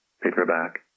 paperback